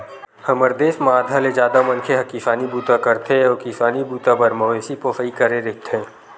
हमर देस म आधा ले जादा मनखे ह किसानी बूता करथे अउ किसानी बूता बर मवेशी पोसई करे रहिथे